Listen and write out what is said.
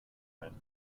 ein